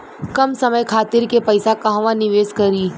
कम समय खातिर के पैसा कहवा निवेश करि?